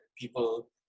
people